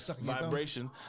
vibration